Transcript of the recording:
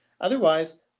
Otherwise